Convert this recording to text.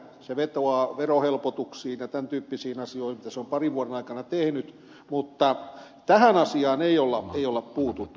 se vetoaa verohelpotuksiin ja tämän tyyppisiin asioihin mitä se on parin vuoden aikana tehnyt mutta tähän asiaan ei ole puututtu